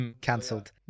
cancelled